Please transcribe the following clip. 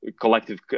collective